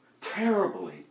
terribly